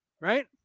Right